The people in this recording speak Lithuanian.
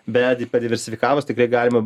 bet diversifikavus tikrai galima